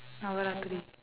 navarathiri